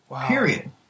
period